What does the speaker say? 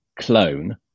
clone